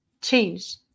Change